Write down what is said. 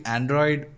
Android